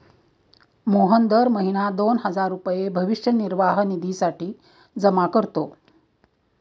मोहन दर महीना दोन हजार रुपये भविष्य निर्वाह निधीसाठी जमा करतो